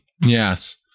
Yes